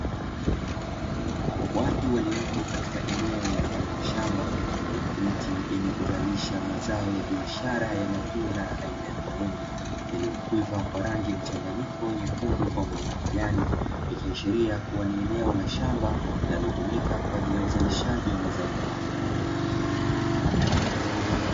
Watu waliopo katika eneo mfano wa shamba linalopanda mazao kama maembe yenye rangi yakuvutia ikionyesha kuwa ni eneo la upandaji wa mazao haya